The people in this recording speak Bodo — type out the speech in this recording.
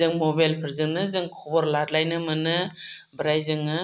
जों मबाइलफोरजोंनो जों खबर लालायनो मोनो ओमफ्राय जोङो